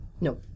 No